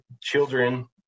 children